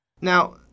Now